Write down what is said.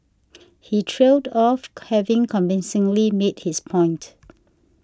he trailed off having convincingly made his point